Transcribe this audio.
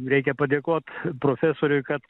reikia padėkot profesoriui kad